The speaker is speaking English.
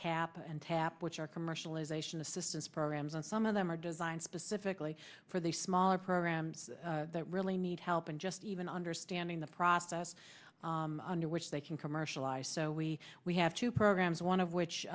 cap and tap which are commercialization assistance programs and some of them are designed specifically for the smaller programs that really need help and just even understanding the process under which they can commercialize so we we have two programs one of which